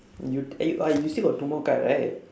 you eh uh you still got two more card right